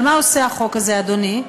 אבל מה עושה החוק זה, אדוני?